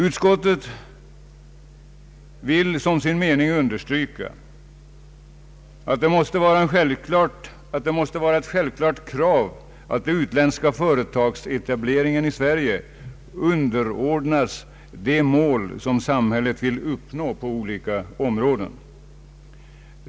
Utskottet vill som sin mening understryka att det måste vara ett självklart krav att den utländska företagsetableringen i Sverige underordnas de mål som samhället vill uppnå på olika områden.